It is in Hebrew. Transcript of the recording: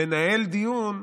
לנהל דיון,